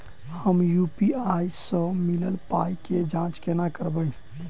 हम यु.पी.आई सअ मिलल पाई केँ जाँच केना करबै?